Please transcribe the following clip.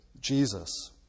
Jesus